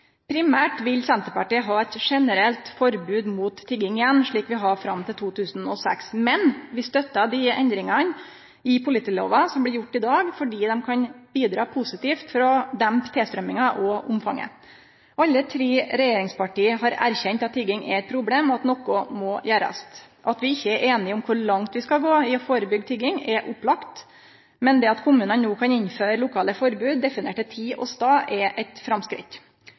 Primært vil Senterpartiet ha eit generelt forbod mot tigging igjen, slik vi hadde fram til 2006, men vi støttar dei endringane i politilova som blir gjorde i dag, fordi dei kan bidra positivt til å dempe tilstrøyminga og omfanget. Alle tre regjeringspartia har erkjent at tigging er eit problem, og at noko må gjerast. At vi ikkje er einige om kor langt vi skal gå i å førebyggje tigging, er opplagt, men det at kommunane no kan innføre lokale forbod definert til tid og stad, er eit